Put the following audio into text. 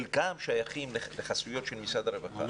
חלקם שייכים לחסויות של משרד הרווחה.